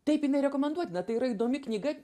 taip jinai rekomenduotina tai yra įdomi knyga